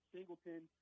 Singleton